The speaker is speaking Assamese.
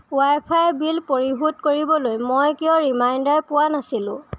ৱাইফাইৰ বিল পৰিশোধ কৰিবলৈ মই কিয় ৰিমাইণ্ডাৰ পোৱা নাছিলোঁ